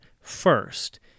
first